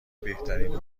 بهترین